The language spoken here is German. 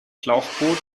schlauchboot